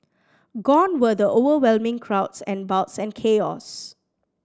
gone were the overwhelming crowds and bouts and chaos